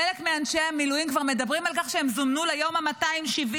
חלק מאנשי המילואים כבר מדברים על כך שהם זומנו ליום ה-270,